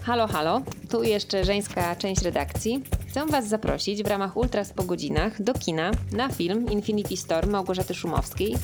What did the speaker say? Halo, halo. Tu jeszcze żeńska część redakcji. Chcę was zaprosić w ramach Ultras po godzinach do kina na film Infinity Storm Małgorzaty Szumowskiej.